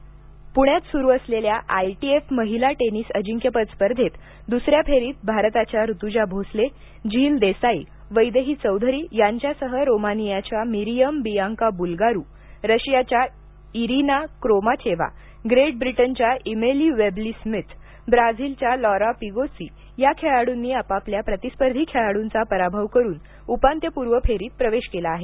I T F प्रण्यात सुरू असलेल्या आयटीएफ महिला टेनिस अजिंक्यपद स्पर्धेत दूसऱ्या फेरीत भारताच्या ऋतूजा भोसले झील देसाई वैदेही चौधरी यांच्यासह रोमानियाच्या मिरीयम बियांका ब्लगारु रशियाच्या इरिना क्रोमाचेव्हा ग्रेट ब्रिटनच्या इमेली वेबली स्मिथब्राझीलच्या लौरा पिगोस्सी या खेळाडूंनी आपापल्या प्रतिस्पर्धी खेळाडूंचा पराभव करून उपांत्यपूर्व फेरीत प्रवेश केला आहे